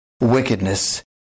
wickedness